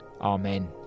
Amen